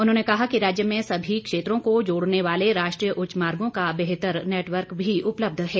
उन्होंने कहा कि राज्य में सभी क्षेत्रों को जोड़ने वाले राष्ट्रीय उच्च मार्गो का बेहतर नैटवर्क भी उपलब्ध है